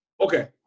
okay